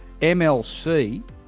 mlc